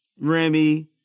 Remy